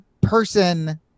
person